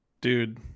Dude